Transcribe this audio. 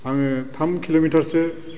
आङो थाम किल'मिटारसो